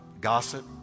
gossip